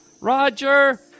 Roger